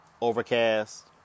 overcast